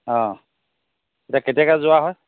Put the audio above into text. অঁ এতিয়া কেতিয়াকে যোৱা হয়